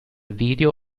video